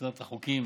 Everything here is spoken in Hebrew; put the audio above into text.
במסגרת החוקים